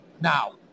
now